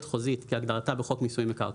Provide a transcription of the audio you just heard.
חוזית כהגדרתה בחוק מיסוי מקרקעין.